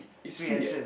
it's free ah